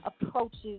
approaches